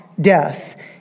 death